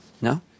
No